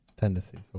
tendencies